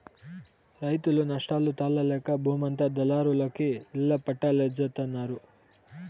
రైతులు నష్టాలు తాళలేక బూమంతా దళారులకి ఇళ్ళ పట్టాల్జేత్తన్నారు